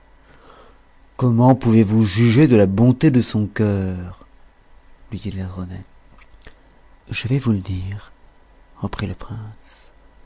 comment pouvez-vous juger de la bonté de son cœur lui dit laidronette je vais vous le dire reprit le prince